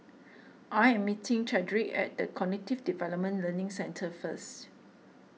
I am meeting Chadrick at the Cognitive Development Learning Centre first